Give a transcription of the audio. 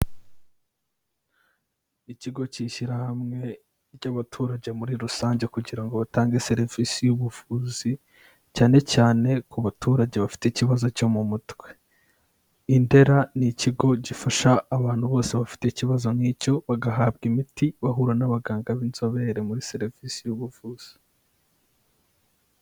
Ikigo cy'ishyirahamwe ry'abaturage muri rusange kugira ngo batange serivisi y'ubuvuzi cyane cyane ku baturage bafite ikibazo cyo mu mutwe, i Ndera ni ikigo gifasha abantu bose bafite ikibazo nk'icyo, bagahabwa imiti bahura n'abaganga b'inzobere muri serivise y'ubuvuzi.